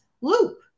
loop